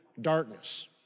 darkness